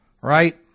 Right